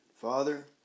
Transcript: Father